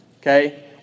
Okay